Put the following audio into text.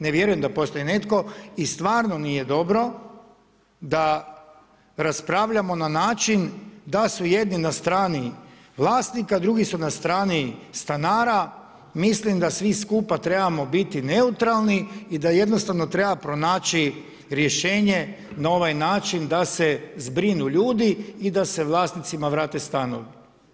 Ne vjerujem da postoji netko i stvarno nije dobro da raspravljamo na način da su jedni na strani vlasnika a drugi su na strani stanara, mislim da svi skupa trebamo biti neutralni i da jednostavno treba pronaći rješenje na ovaj način da se zbrinu ljudi i da se vlasnicima vrate stanovi.